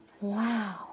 Wow